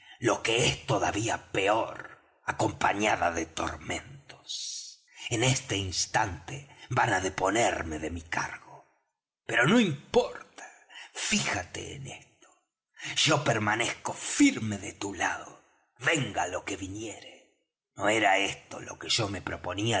lo que es todavía peor acompañada de tormentos en este instante van á deponerme de mi cargo pero no importa fíjate en ésto yo permanezco firme de tu lado venga lo que viniere no era esto lo que yo me proponía